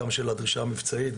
גם של הדרישה המבצעית,